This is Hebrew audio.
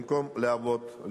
במקום לעבוד,